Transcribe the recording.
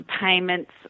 payments